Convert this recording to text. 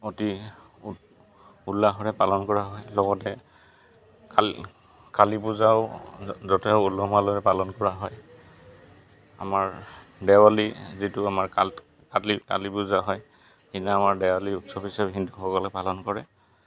অতি উল্লাসেৰে পালন কৰা হয় লগতে কালী পূজাও য'তে উলহ মালহৰে পালন কৰা হয় আমাৰ দেৱালী যিটো আমাৰ কালী কালী পূজা হয় সিদিনা আমাৰ দেৱালী উৎসৱ হিচাপে হিন্দুসকলে পালন কৰে